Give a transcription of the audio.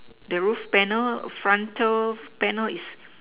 the roof panel frontal panel is